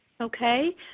Okay